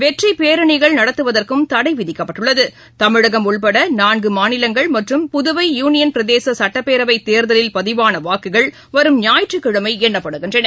வெற்றிப்பேரணிகள் நடத்துவதற்கும் தடைவிதிக்கப்பட்டுள்ளது தமிழகம் உட்படநான்குமாநிலங்கள் மற்றும் புதுவை யூனியன் பிரதேசசட்டப்பேரவைத் தேர்தலில் பதிவானவாக்குகள் வரும் ஞாயிற்றுக்கிழமைஎண்ணப்படுகின்றன